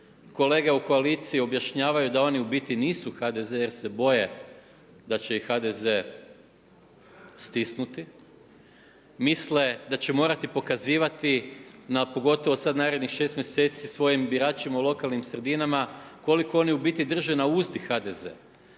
kolege u koaliciji objašnjavaju da oni u biti nisu HDZ jer se boje da će ih HDZ stisnuti. Misle da će morati pokazivati na pogotovo sad narednih 6 mjeseci svojim biračima u lokalnim sredinama koliko oni u biti drže na uzdi HDZ.